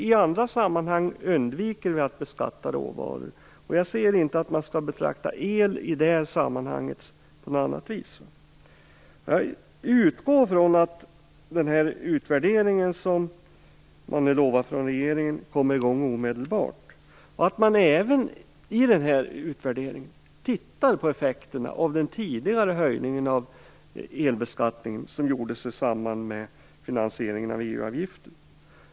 I andra sammanhang undviker vi att beskatta råvaror, och jag anser inte att el i det här sammanhanget skall betraktas på något annat vis. Jag utgår från att den här utvärderingen som regeringen lovar genomföra kommer i gång omedelbart och att man även i utvärderingen tittar på effekterna av den tidigare höjningen av elbeskattningen, den höjning som skedde i samband med finansieringen av EU-avgiften.